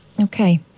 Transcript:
Okay